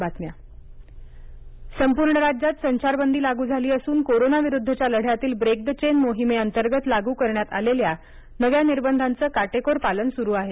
break the chain मख्यमंत्री आवाहन संपूर्ण राज्यात संचारबंदी लागू झाली असून कोरोना विरुद्धच्या लढ्यातील ब्रेक द चेन मोहिमे अंतर्गत लागू करण्यात आलेल्या नव्या निर्बंधांचं काटेकोर पालन सुरू झालं आहे